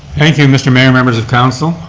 thank you mr. mayor, members of council.